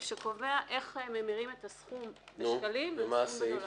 שקובעת איך ממירים את הסכום בשקלים לסכום בדולרים.